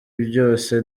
byose